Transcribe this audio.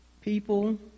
People